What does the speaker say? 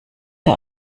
der